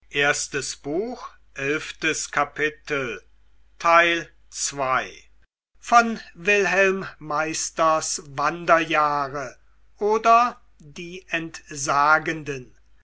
goethe wilhelm meisters wanderjahre oder die entsagenden